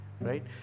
right